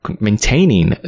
maintaining